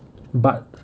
but